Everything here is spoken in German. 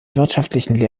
wissenschaftlichen